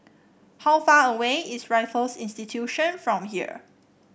how far away is Raffles Institution from here